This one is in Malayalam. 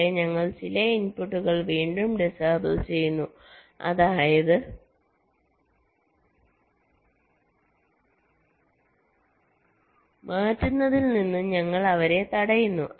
ഇവിടെ ഞങ്ങൾ ചില ഇൻപുട്ടുകൾ വീണ്ടും ഡിസേബിൾ ചെയ്യുന്നു അതായത് മാറ്റുന്നതിൽ നിന്ന് ഞങ്ങൾ അവരെ തടയുന്നു